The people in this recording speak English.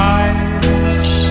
eyes